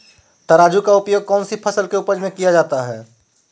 तराजू का उपयोग कौन सी फसल के उपज में किया जाता है?